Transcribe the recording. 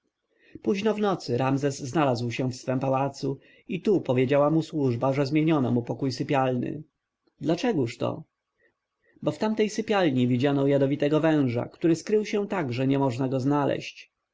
późno w nocy ramzes znalazł się w swym pałacu i tu powiedziała mu służba że zmieniono mu pokój sypialny dlaczegóż to bo w tamtej sypialni widziano jadowitego węża który skrył się tak że nie można go znaleźć